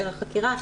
של החקירה,